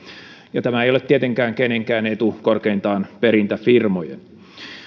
tämä ei ole tietenkään kenenkään etu korkeintaan perintäfirmojen